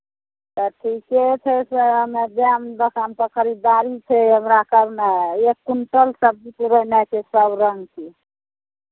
तऽ ठीके छै से हमरा जायब दोकान तऽ खरीदारी छै हमरा करनाइ एक क्विंटल सबजी पूरेनाइ छै सभरङ्गके